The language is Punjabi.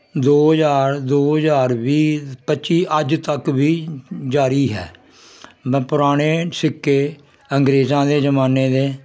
ਦੋ ਹਜ਼ਾਰ ਦੋ ਹਜ਼ਾਰ ਵੀਹ ਪੱਚੀ ਅੱਜ ਤੱਕ ਵੀ ਜਾਰੀ ਹੈ ਮੈਂ ਪੁਰਾਣੇ ਸਿੱਕੇ ਅੰਗਰੇਜ਼ਾਂ ਦੇ ਜ਼ਮਾਨੇ ਦੇ